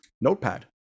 notepad